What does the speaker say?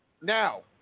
Now